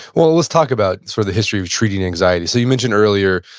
well, let's talk about sort of the history of treating anxiety. so you mentioned earlier,